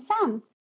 Sam